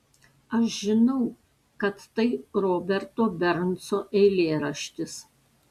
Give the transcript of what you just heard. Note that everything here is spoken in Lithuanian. aš žinau kad tai roberto bernso eilėraštis